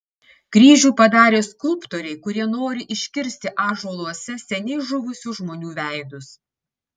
kryžių padarė skulptoriai kurie nori iškirsti ąžuoluose seniai žuvusių žmonių veidus